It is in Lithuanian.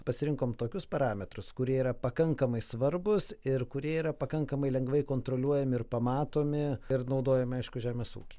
pasirinkom tokius parametrus kurie yra pakankamai svarbūs ir kurie yra pakankamai lengvai kontroliuojami ir pamatomi ir naudojami aišku žemės ūkyje